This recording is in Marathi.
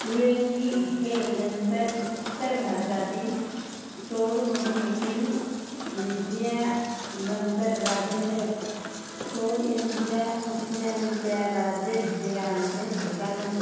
वेंगी हे नंतर उत्तर भारतातील चोळ मोहिमेतील विजया नंतर राजेंद्र चोळ यांच्या पुतण्याच्या राज्याभिषेकाचे ठिकाण होते